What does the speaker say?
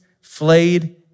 flayed